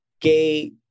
gay